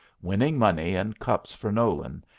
winning money and cups for nolan,